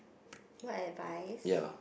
what advice